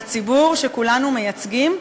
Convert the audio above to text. מהציבור שכולנו מייצגים,